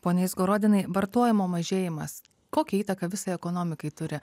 pone izgorodinai vartojimo mažėjimas kokią įtaką visai ekonomikai turi